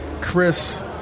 Chris